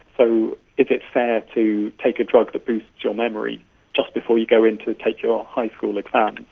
so is it fair to take a drug your memory just before you go into take your high school exams?